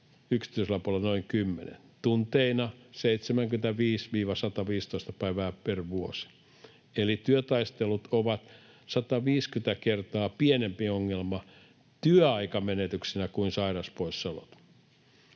yksityisellä puolella noin 10, tunteina 75—115 päivää per vuosi — työtaistelut ovat 150 kertaa pienempi ongelma työaikamenetyksinä kuin sairauspoissaolot.